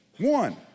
One